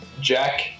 jack